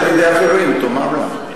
מלאכתם נעשית בידי אחרים, תאמר לה.